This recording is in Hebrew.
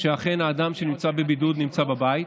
שאכן האדם שנמצא בבידוד נמצא בבית.